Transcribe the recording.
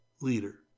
leader